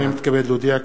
הנני מתכבד להודיע,